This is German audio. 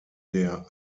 der